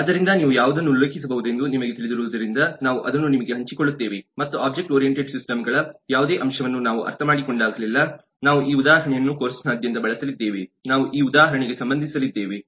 ಆದ್ದರಿಂದ ನೀವು ಯಾವುದನ್ನು ಉಲ್ಲೇಖಿಸಬಹುದೆಂದು ನಿಮಗೆ ತಿಳಿದಿರುವುದರಿಂದ ನಾವು ಅದನ್ನು ನಿಮಗೆ ಹಂಚಿಕೊಳ್ಳುತ್ತೇವೆ ಮತ್ತು ಒಬ್ಜೆಕ್ಟ್ ಓರಿಯೆಂಟೆಡ್ ಸಿಸ್ಟಮ್ಗಳ ಯಾವುದೇ ಅಂಶವನ್ನು ನಾವು ಅರ್ಥಮಾಡಿಕೊಂಡಾಗಲೆಲ್ಲಾ ನಾವು ಈ ಉದಾಹರಣೆಯನ್ನು ಕೋರ್ಸ್ನಾದ್ಯಂತ ಬಳಸಲಿದ್ದೇವೆ ನಾವು ಈ ಉದಾಹರಣೆಗೆ ಸಂಬಂಧಿಸಲಿದ್ದೇವೆ